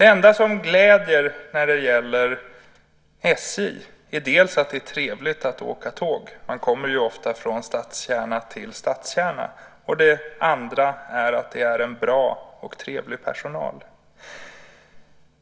Det som är glädjande när det gäller SJ är att det är trevligt att åka tåg - man kommer ju ofta från stadskärna till stadskärna - och att det är en bra och trevlig personal.